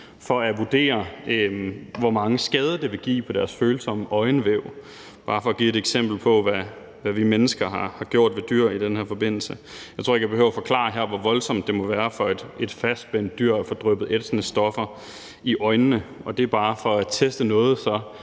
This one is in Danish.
for at vurdere, hvor mange skader det ville give på deres følsomme øjenvæv – det er bare for at give et eksempel på, hvad vi mennesker har gjort ved dyr i den her forbindelse. Jeg tror ikke, at jeg behøver at forklare, hvor voldsomt det må være for et fastspændt dyr at få dryppet ætsende stoffer i øjnene. Og det er bare for at teste noget